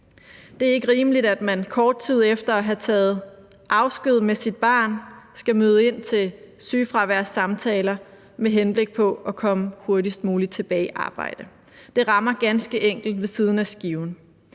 Det er ikke rimeligt, at man kort tid efter at have taget afsked med sit barn, skal møde ind til sygefraværssamtaler med henblik på at komme hurtigst muligt tilbage i arbejde. Det rammer ganske enkelt ved siden af skiven.